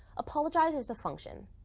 apologize is a function.